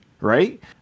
right